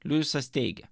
pliusas teigia